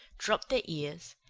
dropped their ears,